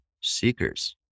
seekers